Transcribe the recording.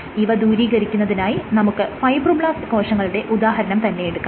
ഇവ ദൂരീകരിക്കുന്നതിനായി നമുക്ക് ഫൈബ്രോബ്ലാസ്റ് കോശങ്ങളുടെ ഉദാഹരണം തന്നെയെടുക്കാം